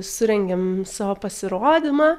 surengėm savo pasirodymą